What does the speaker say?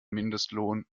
mindestlohn